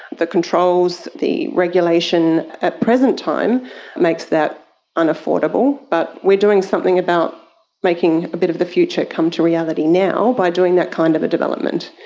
the controls, the regulation at present time makes that unaffordable. but we are doing something about making a bit of the future come to reality now by doing that kind of a development.